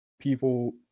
people